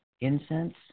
incense